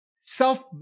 Self